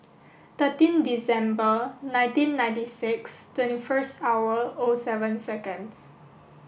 thirteen December nineteen ninety six twenty first hour O seven seconds